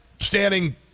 standing